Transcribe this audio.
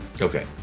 Okay